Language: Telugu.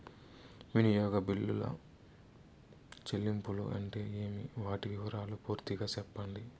వినియోగ బిల్లుల చెల్లింపులు అంటే ఏమి? వాటి వివరాలు పూర్తిగా సెప్పండి?